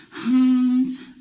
homes